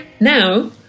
Now